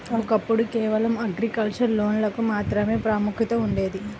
ఒకప్పుడు కేవలం అగ్రికల్చర్ లోన్లకు మాత్రమే ప్రాముఖ్యత ఉండేది